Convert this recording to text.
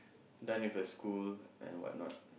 done with her school and what not